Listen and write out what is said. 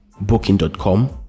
Booking.com